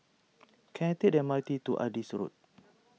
can I take the M R T to Adis Road